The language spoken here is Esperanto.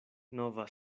nova